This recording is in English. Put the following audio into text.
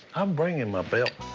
i'm bringing my belt.